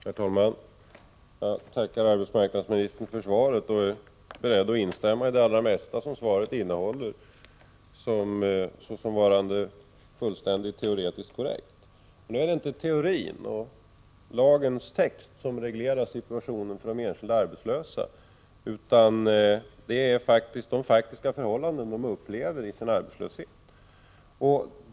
Herr talman! Jag tackar arbetsmarknadsministern för svaret, och jag är beredd att instämma i det allra mesta som svaret innehåller såsom varande fullständigt teoretiskt korrekt. Men det är inte teorin och lagens text som reglerar situationen för de enskilda arbetslösa, utan det är de faktiska förhållanden som de upplever i sin arbetslöshet.